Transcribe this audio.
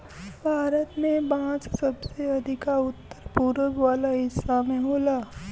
भारत में बांस सबसे अधिका उत्तर पूरब वाला हिस्सा में होला